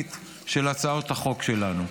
האמיתית של הצעות החוק שלנו.